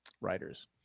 writers